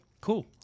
cool